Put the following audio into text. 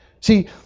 see